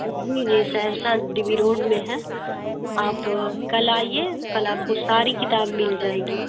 جی جی Saharsa D B road میں ہے آپ کل آئیے کل آپ کو ساری کتاب مل جائے گی